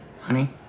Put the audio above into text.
Honey